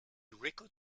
record